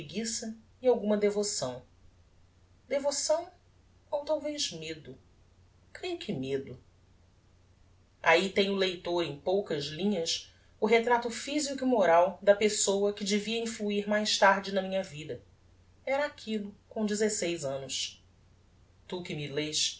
e alguma devoção devoção ou talvez medo creio que medo ahi tem o leitor em poucas linhas o retrato physico e moral da pessoa que devia influir mais tarde na minha vida era aquillo com dezeseis annos tu que me lês